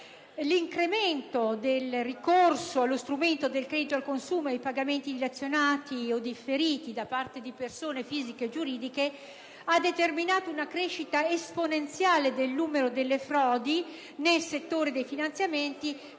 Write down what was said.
L'incremento del ricorso allo strumento del credito al consumo e ai pagamenti dilazionati o differiti da parte di persone fisiche e giuridiche ha determinato una crescita esponenziale del numero delle frodi nel settore dei finanziamenti,